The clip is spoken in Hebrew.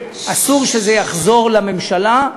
אסור שזה יחזור לממשלה,